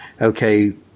okay